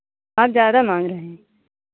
आप ज़्यादा मांग रहे हैं